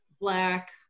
black